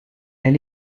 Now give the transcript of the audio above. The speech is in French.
elle